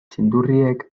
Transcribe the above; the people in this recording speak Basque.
txindurriek